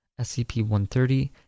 SCP-130